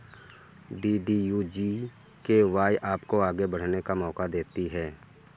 DDU GKY आपको आगे बढ़ने का मौका देती है